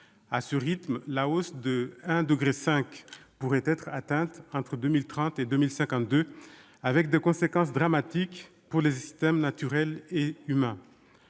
À ce rythme, la hausse de 1,5 degré pourrait être atteinte entre 2030 et 2052, avec des conséquences dramatiques pour les systèmes naturels et humains